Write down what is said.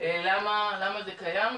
למה זה קיים.